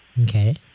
Okay